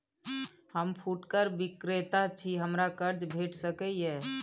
हम फुटकर विक्रेता छी, हमरा कर्ज भेट सकै ये?